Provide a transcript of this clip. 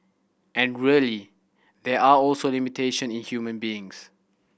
and really there are also limitation in human beings